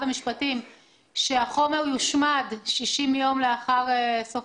המשפטים אבל אני רק מוודאת שהחומר יושמד 60 יום לאחר סוף